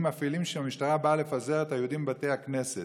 אפלים כשהמשטרה באה לפזר את היהודים מבתי הכנסת.